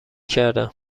کردم